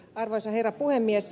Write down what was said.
arvoisa herra puhemies